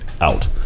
out